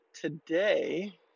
today